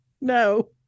no